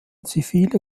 zivile